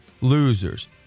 losers